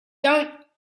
don’t